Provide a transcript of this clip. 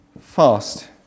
fast